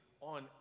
on